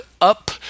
up